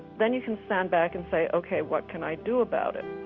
then you can stand back and say, ok, what can i do about it?